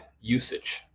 usage